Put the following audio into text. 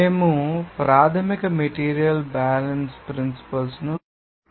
మేము ప్రాథమిక material balance ప్రిన్సిపల్ను మరియు వాటి అప్లికేషన్ చర్చించాము